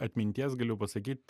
atminties galiu pasakyt